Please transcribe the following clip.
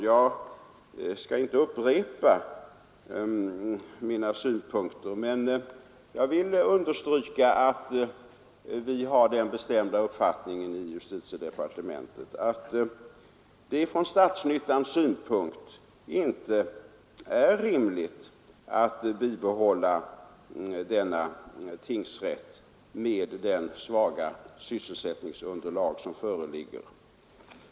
Jag skall inte upprepa vad jag sagt förut, men jag vill understryka att i justitiedepartementet har vi den bestämda uppfattningen att det från statsnyttans synpunkt inte är rimligt att bibehålla denna tingsrätt med det svaga sysselsättningsunderlag som föreligger där.